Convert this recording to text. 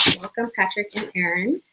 welcome patrick and aaron.